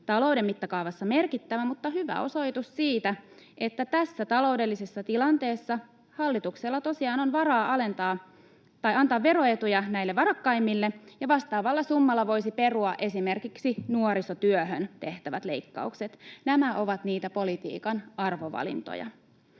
valtiontalouden mittakaavassa merkittävä, mutta se on hyvä osoitus siitä, että tässä taloudellisessa tilanteessa hallituksella tosiaan on varaa antaa veroetuja näille varakkaimmille, kun vastaavalla summalla voisi perua esimerkiksi nuorisotyöhön tehtävät leikkaukset. Nämä ovat niitä politiikan arvovalintoja.